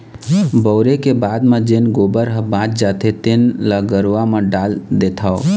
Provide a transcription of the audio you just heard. बउरे के बाद म जेन गोबर ह बाच जाथे तेन ल घुरूवा म डाल देथँव